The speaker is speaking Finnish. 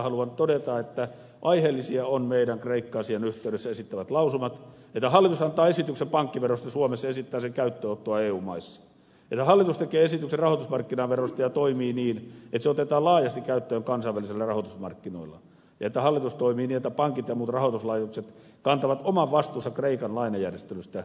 haluan todeta että aiheellisia ovat meidän kreikka asian yhteydessä esittämämme lausumat että hallitus antaa esityksen pankkiverosta suomessa ja esittää sen käyttöönottoa eu maissa että hallitus tekee esityksen rahoitusmarkkinaverosta ja toimii niin että se otetaan laajasti käyttöön kansainvälisillä rahoitusmarkkinoilla ja että hallitus toimii niin että pankit ja muut rahoituslaitokset kantavat oman vastuunsa kreikan lainajärjestelyistä